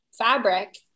fabric